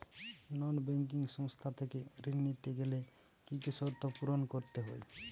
নন banking সংস্থা থেকে ঋণ নিতে গেলে কি কি শর্ত পূরণ করতে হয়?